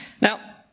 Now